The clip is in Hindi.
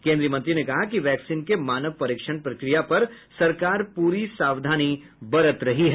केन्द्रीय मंत्री ने कहा कि वैक्सीन के मानव परीक्षण प्रक्रिया पर सरकार प्ररी सावधानी बरत रही है